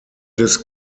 des